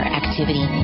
activity